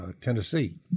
Tennessee